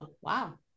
wow